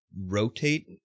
rotate